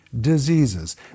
diseases